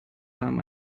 warm